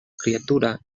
criatura